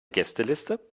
gästeliste